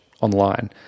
online